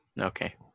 Okay